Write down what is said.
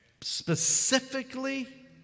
Specifically